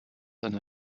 einer